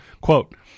Quote